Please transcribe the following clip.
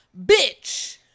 bitch